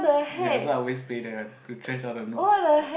ya so I always play there to trash all the noobs